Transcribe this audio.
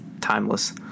timeless